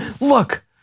look